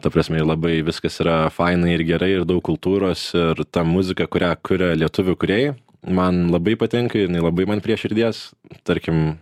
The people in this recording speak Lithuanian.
ta prasme labai viskas yra faina ir gerai ir daug kultūros ir ta muzika kurią kuria lietuvių kurėjai man labai patinka jinai labai man prie širdies tarkim